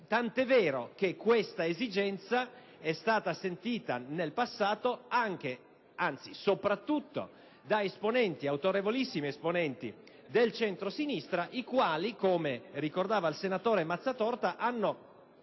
Tant'è vero che questa esigenza è stata sentita nel passato soprattutto da autorevolissimi esponenti del centrosinistra, i quali, come ricordava il senatore Mazzatorta, hanno